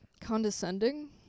condescending